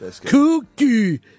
Cookie